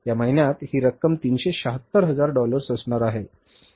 या महिन्यात ही रक्कम 376 हजार डॉलर्स असणार आहे